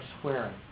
swearing